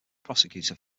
prosecutor